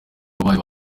wabaye